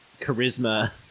charisma